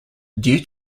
due